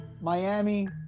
Miami